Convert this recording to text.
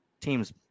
teams